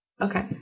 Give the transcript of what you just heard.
okay